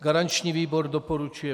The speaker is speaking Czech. Garanční výbor doporučuje